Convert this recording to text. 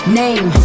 name